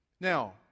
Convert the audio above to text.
Now